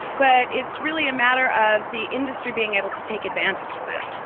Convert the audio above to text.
but it's really a matter of the industry being able to take advantage of that.